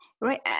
Right